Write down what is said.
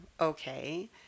okay